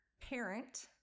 parent